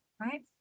right